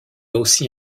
aussi